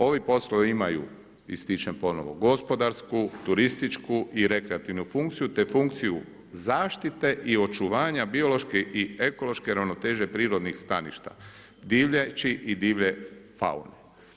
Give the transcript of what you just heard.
Ovi poslovi imaju ističem ponovo gospodarsku, turističku i rekreativnu funkciju, te funkciju zaštite i očuvanja biološke i ekološke ravnoteže prirodnih staništa divljači i divlje faune.